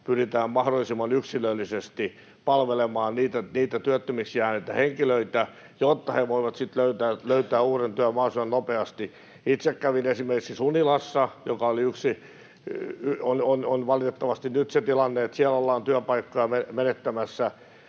pyritään mahdollisimman yksilöllisesti palvelemaan työttömiksi jääneitä henkilöitä, jotta he voivat löytää uuden työn mahdollisimman nopeasti. Itse kävin esimerkiksi Sunilassa, joka on yksi paikka, missä nyt on valitettavasti se tilanne, että siellä ollaan työpaikkoja menettämässä.